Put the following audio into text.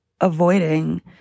avoiding